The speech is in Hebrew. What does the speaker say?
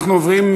אנחנו עוברים,